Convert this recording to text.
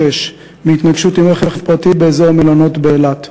בהתנגשות עם רכב פרטי באזור המלונות באילת,